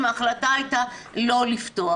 ההחלטה הייתה לא לפתוח.